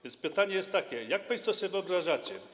Więc pytanie jest takie: Jak państwo to sobie wyobrażacie?